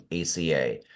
ACA